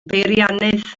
beiriannydd